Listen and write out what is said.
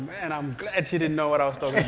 and i'm glad she didn't know what i